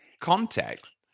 context